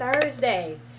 Thursday